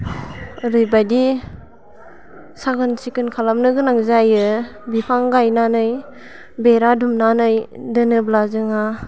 ओरैबादि साखोन सिखोन खालामनो गोनां जायो बिफां गायनानै बेरा दुमनानै दोनोब्ला जोंहा